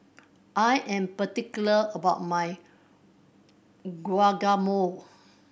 I am particular about my Guacamole